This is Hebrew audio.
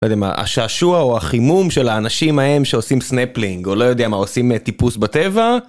לא יודע מה, השעשוע או החימום של האנשים ההם שעושים סנפלינג או לא יודע מה עושים טיפוס בטבע